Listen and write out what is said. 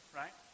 right